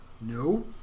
No